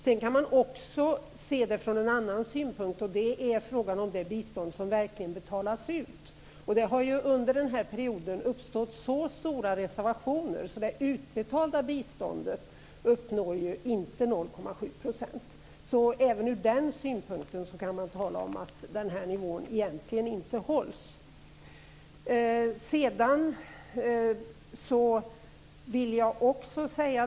Man kan också se detta från en annan synpunkt, nämligen det bistånd som verkligen betalas ut. Det har under denna period uppstått så stora reservationer att det utbetalda biståndet inte uppnår 0,7 %. Även från denna synpunkt kan man tala om att denna nivå egentligen inte hålls.